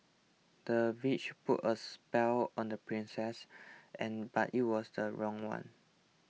the witch put a spell on the princess and but it was the wrong one